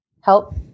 help